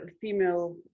female